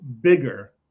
bigger